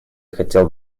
хотел